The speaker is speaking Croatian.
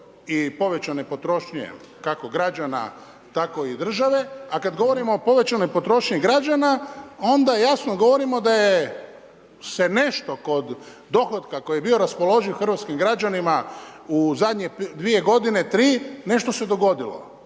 i povećane potrošnje kako građana tako i države a kad govorimo o povećanoj potrošnji građana, onda jasno govorimo da se nešto kod dohotka koji je bio raspoloživ hrvatskim građanima u zadnje 2 g., 3, nešto se dogodilo.